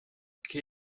quel